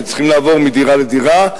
שצריכים לעבור מדירה לדירה,